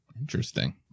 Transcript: Interesting